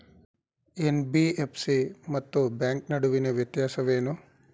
NBFC ಮತ್ತು bank ನಡುವಿನ ವ್ಯತ್ಯಾಸವೇನು?